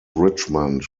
richmond